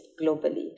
globally